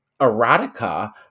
erotica